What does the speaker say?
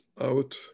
out